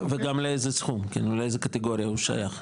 וגם לאיזה סכום, לאיזה קטגוריה הוא שייך.